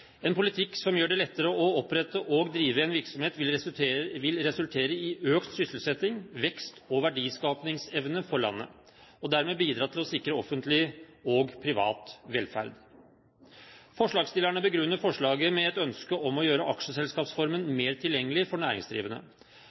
En politikk som gjør det lettere å opprette og drive en virksomhet, vil resultere i økt sysselsetting, vekst og verdiskapingsevne for landet og derved bidra til å sikre offentlig og privat velferd. Forslagsstillerne begrunner forslaget med et ønske om å gjøre aksjeselskapsformen mer tilgjengelig for næringsdrivende,